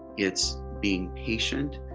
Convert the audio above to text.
it's being patient,